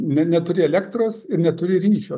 ne neturi elektros ir neturi ryšio